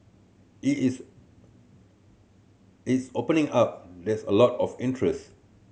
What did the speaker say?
it is is opening up there's a lot of interest